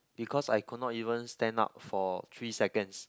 because I could not even stand up for three seconds